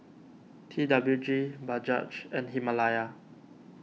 T W G Bajaj and Himalaya